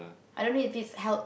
I don't know if it's held